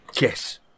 Yes